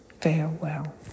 farewell